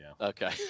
Okay